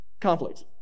conflict